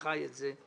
שחי את זה,